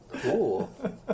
Cool